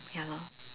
ya lor